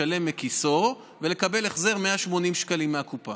לשלם מכיסם ולקבל החזר, 180 שקלים מהקופה.